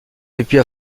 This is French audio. depuis